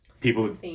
people